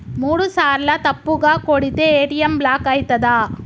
మూడుసార్ల తప్పుగా కొడితే ఏ.టి.ఎమ్ బ్లాక్ ఐతదా?